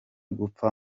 gupfa